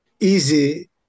easy